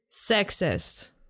sexist